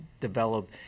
Develop